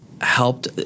helped